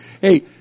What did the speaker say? hey